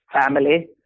family